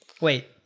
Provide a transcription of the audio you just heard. Wait